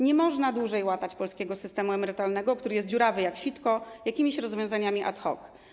Nie można dłużej łatać polskiego systemu emerytalnego, który jest dziurawy jak sitko, jakimiś rozwiązaniami ad hoc.